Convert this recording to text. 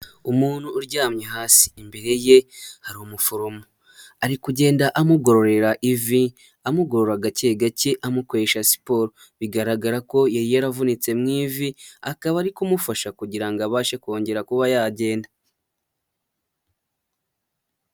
Umuntu uryamye hasi imbere ye hari umuforomo ari kugenda amugororera ivi, amugorora gake gake, amukoresha siporo bigaragara ko yari yaravunitse mu ivi akaba ari kumufasha kugira ngo abashe kongera kuba yagenda.